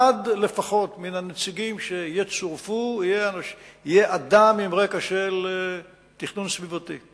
אחד לפחות מן הנציגים שיצורפו יהיה אדם עם רקע של תכנון סביבתי.